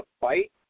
fight